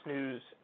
News